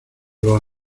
los